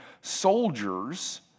soldiers